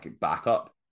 backup